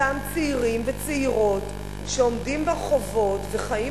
אותם צעירים וצעירות שעומדים ברחובות וחיים